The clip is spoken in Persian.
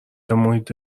محیط